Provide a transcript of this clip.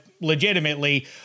legitimately